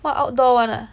!wah! outdoor one ah